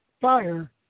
fire